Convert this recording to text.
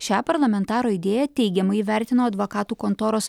šią parlamentaro idėją teigiamai įvertino advokatų kontoros